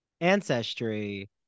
ancestry